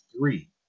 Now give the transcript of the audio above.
three